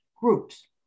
groups